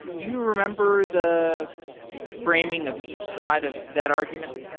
do you remember the the framing of each side of that argument?